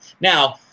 Now